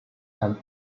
and